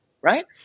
right